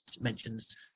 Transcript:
mentions